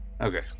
Okay